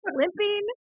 limping